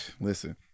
listen